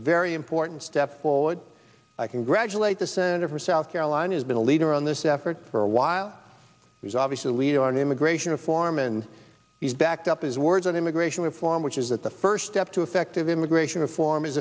very important step forward i congratulate the senator for south carolina has been a leader on this effort for a while he's obviously a leader on immigration reform and he's backed up his words on immigration reform which is that the first step to effective immigration reform is